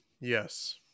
Yes